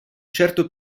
certo